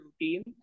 routine